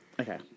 Okay